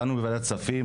באנו מוועדת הכספים,